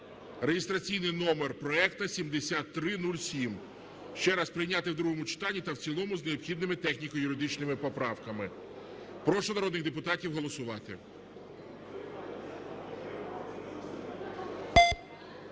(реєстраційний номер проекту 7307). Ще раз, прийняти в другому читанні та в цілому з необхідними техніко-юридичними поправками. Прошу народних депутатів голосувати.